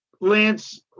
Lance